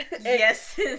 yes